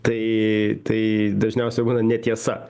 tai tai dažniausisi būna netiesa